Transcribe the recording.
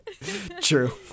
True